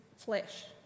flesh